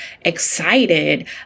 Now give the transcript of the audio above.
excited